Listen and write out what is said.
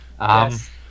Yes